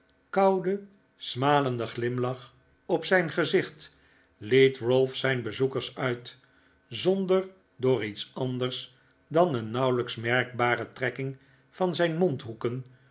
kouden smalenden glimlach op zijn gezicht liet ralph zijn bezoekers uit zonder door iets anders dan een nauwelijks merkbare trekking van zijn mondhoeken